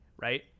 right